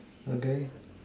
okay